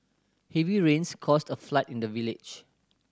heavy rains caused a flood in the village